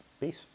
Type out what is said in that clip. peace